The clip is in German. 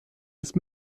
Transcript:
ist